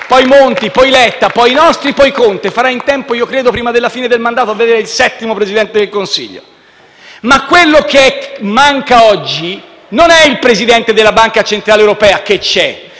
Monti, Letta, poi i nostri Governi e poi Conte. Io credo che farà in tempo, prima della fine del mandato, a vedere il settimo Presidente del Consiglio. Ma quello che manca oggi non è il presidente della Banca centrale europea, che c'è;